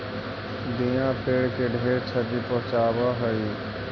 दियाँ पेड़ के ढेर छति पहुंचाब हई